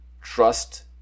Trust